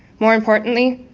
more importantly,